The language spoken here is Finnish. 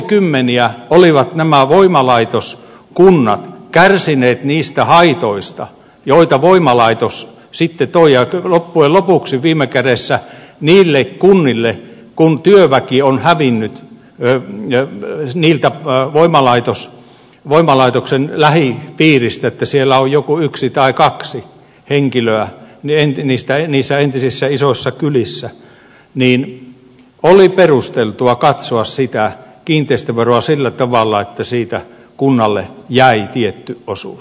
vuosikymmeniä olivat nämä voimalaitoskunnat kärsineet niistä haitoista joita voimalaitos sitten toi ja loppujen lopuksi viime kädessä niille kunnille kun työväki on hävinnyt sieltä voimalaitoksen lähipiiristä niin että siellä on joku yksi tai kaksi henkilöä niissä entisissä isoissa kylissä oli perusteltua katsoa sitä kiinteistöveroa sillä tavalla että siitä kunnalle jäi tietty osuus